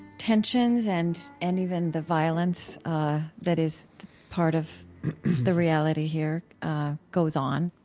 tensions and and even the violence that is part of the reality here goes on.